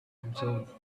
observe